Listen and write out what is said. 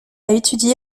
étudié